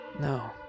No